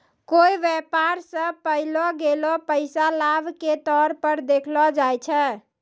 कोय व्यापार स पैलो गेलो पैसा लाभ के तौर पर देखलो जाय छै